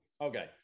Okay